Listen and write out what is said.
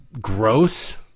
gross